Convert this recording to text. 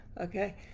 okay